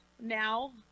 Now